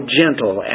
gentle